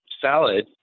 salad